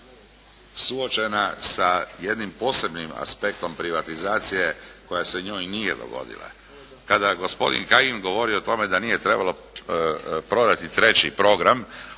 suočena sa jednim posebnim aspektom privatizacije koja se njoj nije dogodila. Kada gospodin Kajin govori o tome da nije trebalo prodati treći program